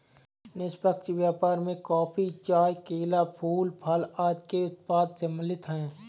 निष्पक्ष व्यापार में कॉफी, चाय, केला, फूल, फल आदि के उत्पाद सम्मिलित हैं